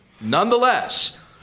Nonetheless